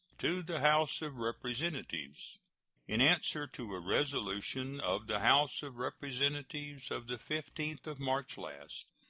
to the house of representatives in answer to a resolution of the house of representatives of the fifteenth of march last,